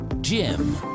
Jim